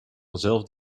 vanzelf